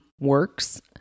works